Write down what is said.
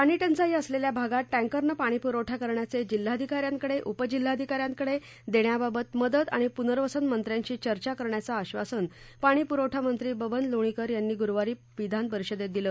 पाणीटंचाई असलेल्या भागात टैंकरने पाणीप्रवठा करण्याचे जिल्हाधिकाऱ्यांकडे उपजिल्हाधिकाऱ्यांकडे देण्याबाबत मदत आणि पुनर्वसन मंत्र्यांशी चर्चा करण्याचं आश्वासन पाणीपुरवठा मंत्री बबनराव लोणीकर यांनी गुरूवारी विधान परिषदेत दिलं